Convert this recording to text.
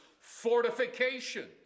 fortifications